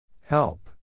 Help